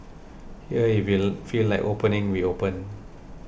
here if we feel like opening we open